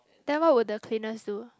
then what would the cleaners do